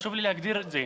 חשוב לי להגדיר את זה.